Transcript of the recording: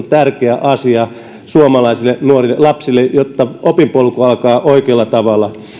tärkeä asia suomalaille nuorille lapsille jotta opinpolku alkaa oikealla tavalla